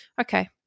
okay